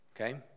Okay